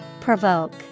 Provoke